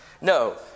No